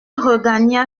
regagna